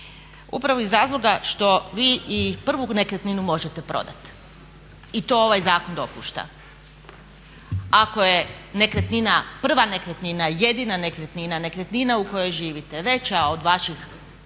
upravo iz razloga što vi i prvu nekretninu možete prodati i to ovaj zakon dopušta. Ako je nekretnina prva nekretnina, jedina nekretnina, nekretnina u kojoj živite veća od vaših